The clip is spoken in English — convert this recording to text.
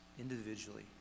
individually